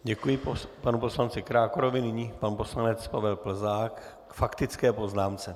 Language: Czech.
Děkuji panu poslanci Krákorovi, nyní pan poslanec Pavel Plzák k faktické poznámce.